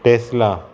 Tesla